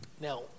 Now